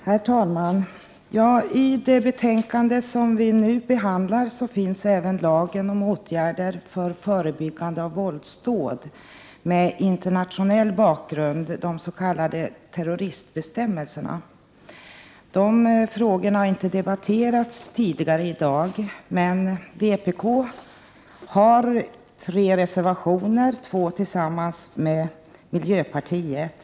Herr talman! I det betänkande som vi nu behandlar finns även lagen om åtgärder för förebyggande av våldsdåd med internationell bakgrund, de s.k. terroristbestämmelserna. De frågorna har inte debatterats tidigare i dag, men vpk har tre reservationer, varav två tillsammans med miljöpartiet.